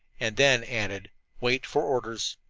and then added wait for orders.